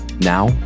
now